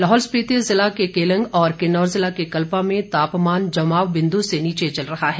लाहौल स्पीति जिला के केलंग और किन्नौर जिला के कल्पा में तापमान जमाव बिंदु से नीचे चल रहा है